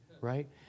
right